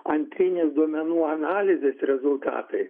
antrinės duomenų analizės rezultatai